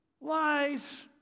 Lies